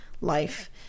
life